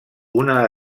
una